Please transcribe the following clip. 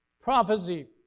Prophecy